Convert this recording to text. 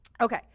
okay